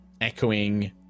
echoing